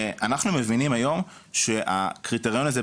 ואנחנו מבינים היום שהקריטריון הזה,